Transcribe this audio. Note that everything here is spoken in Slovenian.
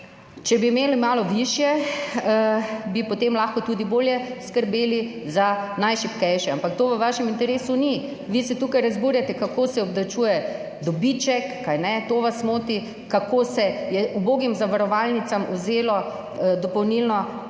če bi imeli malo višje, bi potem lahko tudi bolje skrbeli za najšibkejše, ampak to v vašem interesu ni. Vi se tukaj razburjate, kako se obdavčuje dobiček, to vas moti, kako se je ubogim zavarovalnicam vzelo dopolnilno zdravstveno